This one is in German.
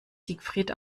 siegfried